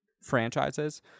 franchises